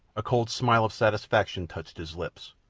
a cold smile of satisfaction touched his lips.